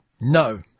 no